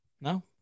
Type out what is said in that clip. No